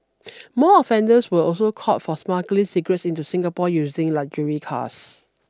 more offenders were also caught for smuggling cigarettes into Singapore using luxury cars